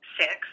six